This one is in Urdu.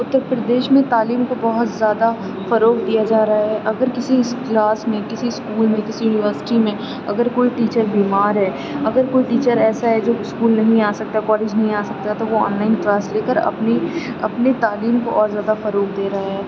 اتر پردیش میں تعلیم کو بہت زیادہ فروغ دیا جا رہا ہے اگر کسی کلاس میں کسی اسکول میں کسی یونیورسٹی میں اگر کوئی ٹیچر بیمار ہے اگر کوئی ٹیچر ایسا ہے جو اسکول نہیں آ سکتا کالج نہیں آ سکتا ہے تو وہ آن لائن کلاس لے کر اپنی اپنے تعلیم کو اور زیادہ فروغ دے رہا ہے